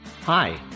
Hi